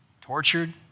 tortured